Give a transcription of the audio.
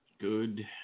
Good